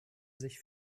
sich